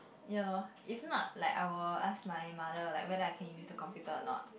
ya loh if not like I will ask my mother like when I can use the computer or not